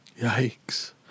Yikes